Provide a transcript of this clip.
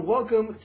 Welcome